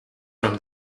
from